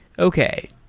okay.